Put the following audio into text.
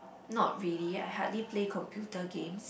not really I hardly play computer games